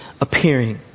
appearing